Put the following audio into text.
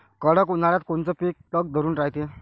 कडक उन्हाळ्यात कोनचं पिकं तग धरून रायते?